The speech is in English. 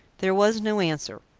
there was no answer.